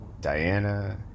Diana